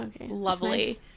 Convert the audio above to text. lovely